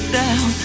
down